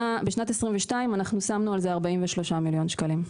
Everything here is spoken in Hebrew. בשנת 2022 שמנו על זה 43 מיליון שקלים,